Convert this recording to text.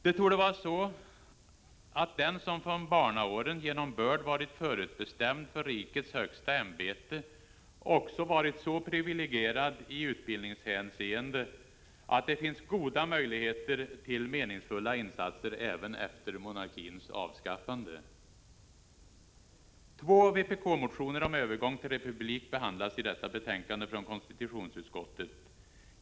Det torde vara så, att den som från barnaåren genom börd varit förutbestämd för rikets högsta ämbete också varit så privilegierad i utbildningshänseende att det finns goda möjligheter till meningsfulla insatser även efter monarkins avskaffande. Två vpk-motioner om övergång till republik behandlas i detta betänkande från konstitutionsutskottet.